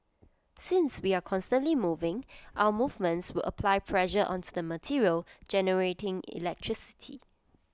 since we are constantly moving our movements would apply pressure onto the material generating electricity